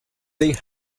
thing